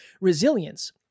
resilience